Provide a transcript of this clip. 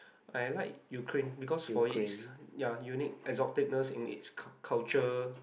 I like Ukraine because for its ya unique exoticness in its cul~ culture